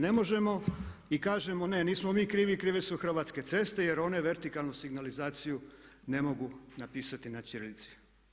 Ne možemo i kažemo ne, nismo mi krivi, krive su Hrvatske ceste jer one vertikalnu signalizaciju ne mogu napisati na ćirilici.